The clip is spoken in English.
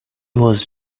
was